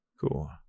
Cool